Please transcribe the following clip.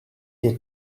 der